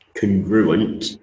congruent